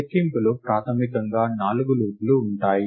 లెక్కింపులో ప్రాథమికంగా నాలుగు లూప్లు ఉంటాయి